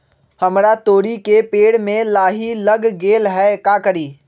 हमरा तोरी के पेड़ में लाही लग गेल है का करी?